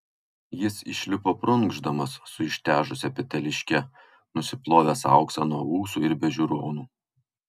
jis išlipo prunkšdamas su ištežusia peteliške nusiplovęs auksą nuo ūsų ir be žiūronų